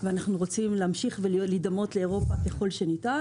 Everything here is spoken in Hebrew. ורוצים להמשיך ולהידמות לאירופה ככול שניתן,